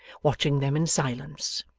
watching them in silence.